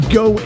go